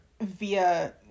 via